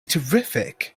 terrific